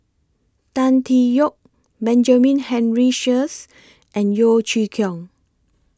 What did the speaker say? Tan Tee Yoke Benjamin Henry Sheares and Yeo Chee Kiong